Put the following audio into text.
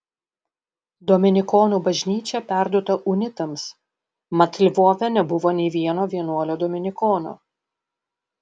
dominikonų bažnyčia perduota unitams mat lvove nebuvo nei vieno vienuolio dominikono